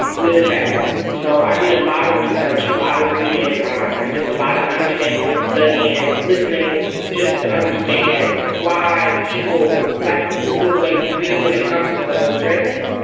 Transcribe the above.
um good and bad. so i did a lot of research, a lot of reading um and just a lot of understanding and study in listening just to understand why people like people feel the way we feel when it comes to those threats.